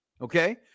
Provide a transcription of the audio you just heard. Okay